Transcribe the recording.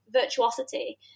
virtuosity